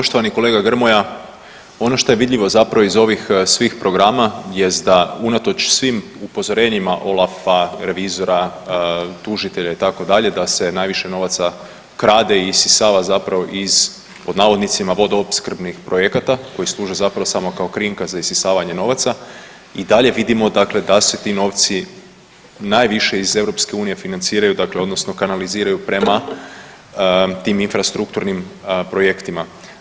Poštovani kolega Grmoja, ono što je vidljivo zapravo ih ovih svih programa jest da unatoč svim upozorenjima OLAF-a, revizora, tužitelja itd., da se najviše novaca krade i isisava zapravo iz „vodoopskrbnih“ projekata koji služe zapravo samo kao krinka za isisavanje novaca, i dalje vidimo dakle da se ti novci najviše iz EU-a financiraju, dakle odnosno kanaliziraju prema tim infrastrukturnim projektima.